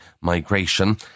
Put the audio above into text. migration